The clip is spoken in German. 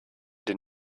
den